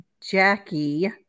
Jackie